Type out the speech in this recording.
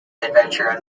adventure